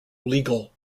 legal